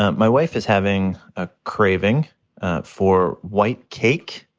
ah my wife is having a craving for white cake,